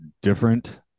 different